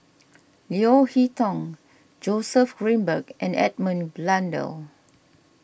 Leo Hee Tong Joseph Grimberg and Edmund Blundell